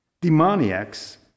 demoniacs